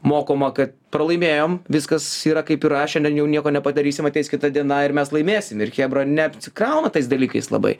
mokoma kad pralaimėjom viskas yra kaip yra šiandien jau nieko nepadarysim ateis kita diena ir mes laimėsim ir chebra neapsikrauna tais dalykais labai